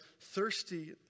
thirsty